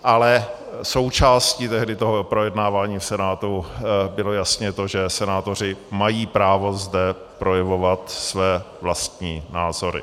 Ale součástí tehdy toho projednávání v Senátu bylo jasně to, že senátoři mají právo zde projevovat své vlastní názory.